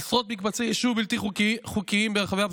עשרות מקבצי יישוב בלתי חוקיים ברחבי הפזורה.